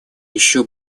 еще